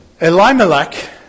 Elimelech